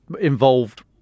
involved